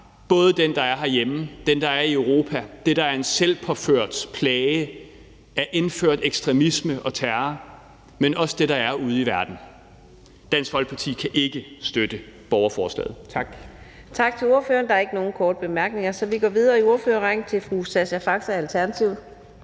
både den, der er herhjemme, og den, der er i Europa, det, der er en selvpåført plage af indført ekstremisme og terror, men også det, der er ude i verden. Dansk Folkeparti kan ikke støtte borgerforslaget. Tak. Kl. 12:46 Fjerde næstformand (Karina Adsbøl): Tak til ordføreren. Der er ikke nogen korte bemærkninger, så vi går videre i ordførerrækken til fru Sascha Faxe, Alternativet.